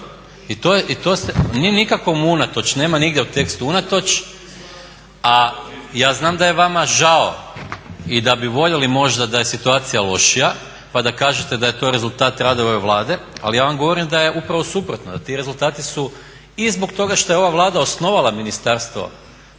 nije nikakvo unatoč, nema nigdje u tekstu unatoč, a ja znam da je vam žao i da bi voljeli možda da je situacija lošija pa da kažete da je to rezultat rada ove Vlade, ali ja vam govorim da je upravo suprotno, da ti rezultati su i zbog toga što je ova Vlada osnovala Ministarstvo